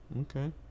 Okay